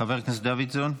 חבר הכנסת דוידסון.